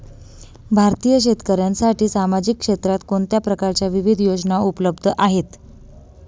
भारतीय शेतकऱ्यांसाठी सामाजिक क्षेत्रात कोणत्या प्रकारच्या विविध योजना उपलब्ध आहेत?